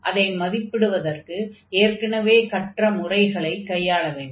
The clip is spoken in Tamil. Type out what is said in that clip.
அதை மதிப்பிடுவதற்கு ஏற்கெனவே கற்ற முறைகளைக் கையாள வேண்டும்